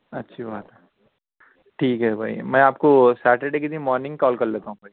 اچھی بات ہے ٹھیک ہے بھائی میں آپ کو سیٹرڈے کے دِن مورننگ کال کر لیتا ہوں بھایٔی